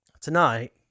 Tonight